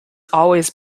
always